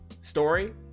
story